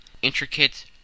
Intricate